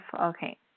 Okay